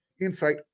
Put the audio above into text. insight